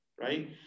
right